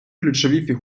ключові